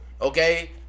okay